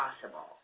possible